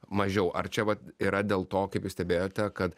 mažiau ar čia vat yra dėl to kaip jūs stebėjote kad